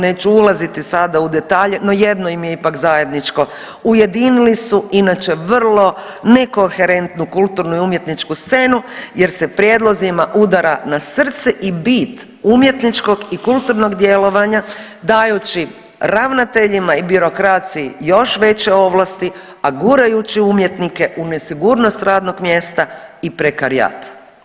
Neću ulaziti sada u detalje, no jedno im je ipak zajedničko ujedinili su inače vrlo nekoherentnu kulturnu i umjetničku scenu, jer se prijedlozima udara na srce i bit umjetničkog i kulturnog djelovanja dajući ravnateljima i birokraciji još veće ovlasti, a gurajući umjetnike u nesigurnost radnog mjesta i prekarijat.